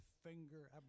finger